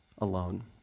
alone